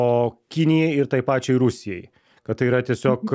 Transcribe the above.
o kinijai ir tai pačiai rusijai kad tai yra tiesiog